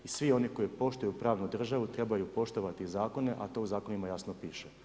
I svi oni koji poštuju pravnu državu, trebaju poštovati i zakone, a to u zakonima jasno piše.